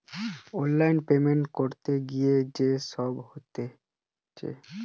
online payment ক্যরতে গ্যালে যে সব হতিছে